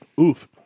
Oof